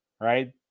right